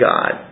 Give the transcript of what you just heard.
God